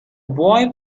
boy